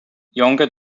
younger